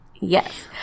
yes